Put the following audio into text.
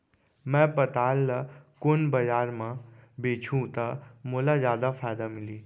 मैं पताल ल कोन बजार म बेचहुँ त मोला जादा फायदा मिलही?